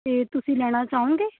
ਅਤੇ ਤੁਸੀਂ ਲੈਣਾ ਚਾਹੁੰਗੇ